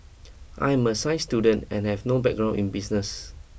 I'm a science student and have no background in business